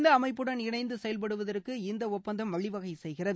இந்த அமைப்புடன் இணைந்து செயல்படுவதற்கு இந்த ஒப்பந்தம் வழிவகை செய்கிறது